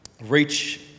reach